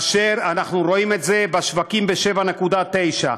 ואנחנו רואים את זה בשווקים ב-7.90.